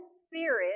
Spirit